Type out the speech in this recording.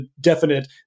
definite